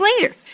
later